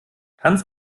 tanz